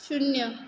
शून्य